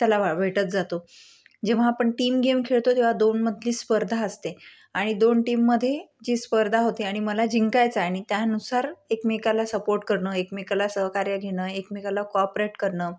त्याला व भेटत जातो जेव्हा आपण टीम गेम खेळतो तेव्हा दोन मधली स्पर्धा असते आणि दोन टीममध्ये जी स्पर्धा होते आणि मला जिंकायचं आहे आणि त्यानुसार एकमेकाला सपोर्ट करणं एकमेकाला सहकार्य घेणं एकमेकाला कॉपरेट करणं